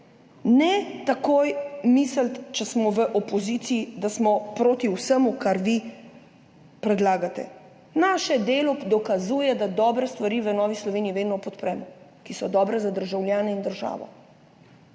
Ne takoj misliti, če smo v opoziciji, da smo proti vsemu, kar vi predlagate. Naše delo dokazuje, da dobre stvari v Novi Sloveniji vedno podpremo, ki so dobre za državljane in državo.